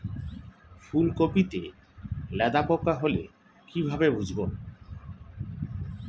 ফুলকপিতে লেদা পোকা হলে কি ভাবে বুঝবো?